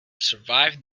survived